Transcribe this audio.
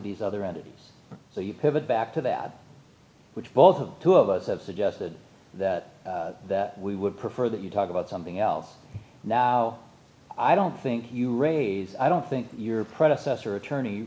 these other entities so you pivot back to that which both of two of us have suggested that that we would prefer that you talk about something else now i don't think you raise i don't think your predecessor attorney